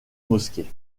mosquée